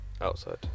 outside